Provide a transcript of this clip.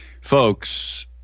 Folks